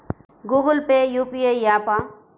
Google Pay UPI య్యాపా?